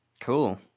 cool